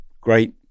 great